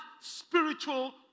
spiritual